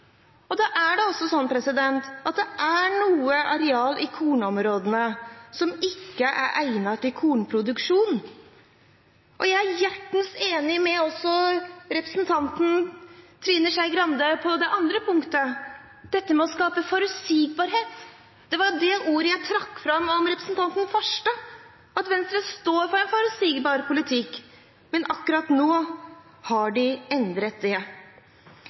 er da også sånn at det er noe areal i kornområdene som ikke er egnet til kornproduksjon. Jeg er også hjertens enig med representanten Trine Skei Grande på det andre punktet, dette med å skape forutsigbarhet. Det var det ordet jeg trakk fram om representanten Farstad, at Venstre står for en forutsigbar politikk. Men akkurat nå har de endret det.